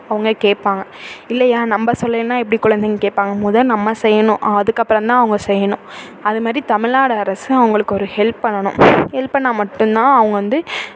அவங்க கேட்பாங்க இல்லையா நம்ம சொல்லலைன்னா எப்படி குழந்தைங்க கேட்பாங்க மொதல் நம்ம செய்யணும் அதுக்கப்புறம் தான் அவுங்க செய்யணும் அது மாதிரி தமிழ்நாடு அரசு அவங்களுக்கு ஒரு ஹெல்ப் பண்ணணும் ஹெல்ப் பண்ணால் மட்டுந்தான் அவங்க வந்து